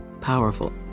powerful